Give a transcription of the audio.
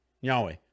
Yahweh